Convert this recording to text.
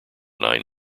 nine